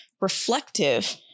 reflective